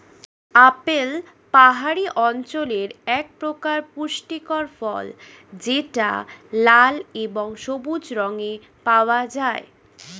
apple পাহাড়ি অঞ্চলের একপ্রকার পুষ্টিকর ফল যেটা লাল এবং সবুজ রঙে পাওয়া যায়